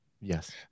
Yes